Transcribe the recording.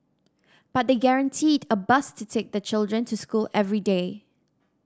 but they guaranteed a bus to take the children to school every day